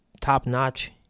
top-notch